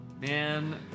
Man